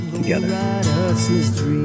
together